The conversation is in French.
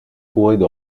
couraient